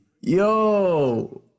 Yo